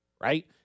right